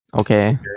Okay